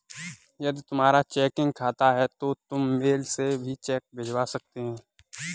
यदि तुम्हारा चेकिंग खाता है तो तुम मेल से भी चेक भिजवा सकते हो